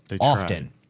often